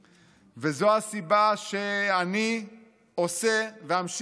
וזוהי הסיבה שאני עושה ואמשיך לעשות